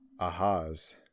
Ahas